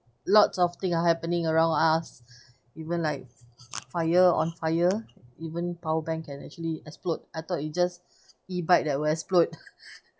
lots of thing are happening around us even like fire on fire even power bank can actually explode I thought it just E-bike that will explode